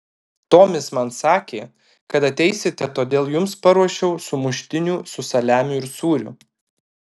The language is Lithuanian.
tomis man sakė kad ateisite todėl jums paruošiau sumuštinių su saliamiu ir sūriu